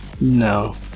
No